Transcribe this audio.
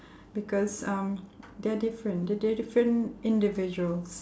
because um they're different the they're different individuals